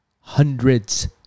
hundreds